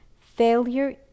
Failure